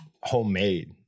homemade